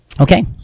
Okay